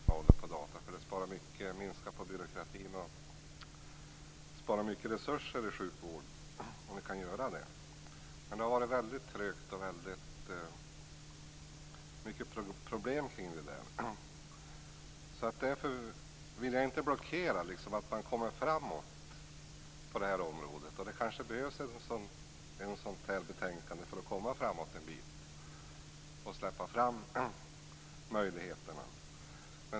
Fru talman! Jag har jobbat litet grand med datafrågor förut dels praktiskt, dels när jag var med i förra datalagsutredningen. Sedan har jag i mitt hemlandsting varit väldigt angelägen om att få journaler på dataregister. Jag har hållit på i varje fall 10-12 år med detta. Jag tror fortfarande att det är rätt angeläget att vi kan lägga upp patientjournaler på dataregister för att minska på byråkratin och spara mycket resurser i sjukvården. Men det har varit väldigt trögt och många problem kring detta. Jag vill därför inte blockera att man kommer framåt på det här området. Det kanske behövs ett sådant här betänkandet för att komma framåt en bit och släppa fram möjligheterna.